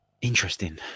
Interesting